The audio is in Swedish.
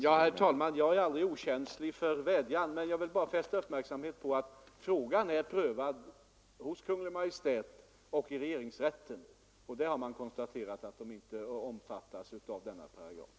Herr talman! Jag är aldrig okänslig för vädjanden. Men jag vill fästa uppmärksamheten på att frågan är prövad av Kungl. Maj:t och i regeringsrätten. Där har man konstaterat att denna grupp inte omfattas av den nämnda paragrafen.